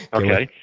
okay.